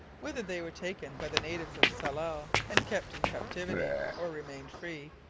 whether they were taken by the natives of tsalal and kept in captivity, or remained free,